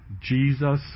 Jesus